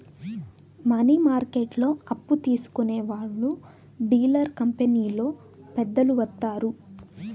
money మార్కెట్లో అప్పు తీసుకునే వాళ్లు డీలర్ కంపెనీలో పెద్దలు వత్తారు